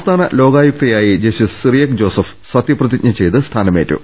സംസ്ഥാന ലോകായുക്തയായി ജസ്റ്റിസ് സിറിയക്ക് ജോസഫ് സത്യപ്രതിജ്ഞ ചെയ്ത് സ്ഥാനമേറ്റു